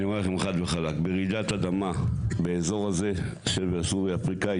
אני אומר לכם ברעידת אדמה באזור הזה השבר הסורי אפריקאי,